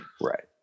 right